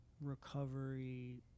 recovery